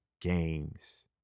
games